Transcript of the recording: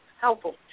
helpful